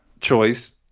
choice